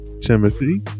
Timothy